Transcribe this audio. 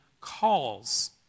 calls